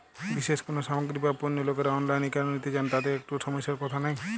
বিশেষ কোনো সামগ্রী বা পণ্য লোকেরা অনলাইনে কেন নিতে চান তাতে কি একটুও সমস্যার কথা নেই?